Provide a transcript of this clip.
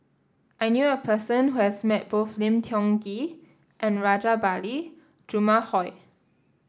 I knew a person who has met both Lim Tiong Ghee and Rajabali Jumabhoy